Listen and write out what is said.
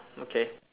okay